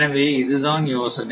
எனவே இதுதான் யோசனை